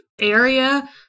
area